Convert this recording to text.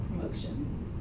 promotion